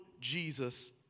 Jesus